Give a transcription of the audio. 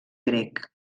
grec